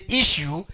issue